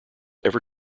ever